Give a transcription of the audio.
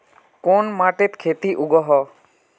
कोन माटित खेती उगोहो?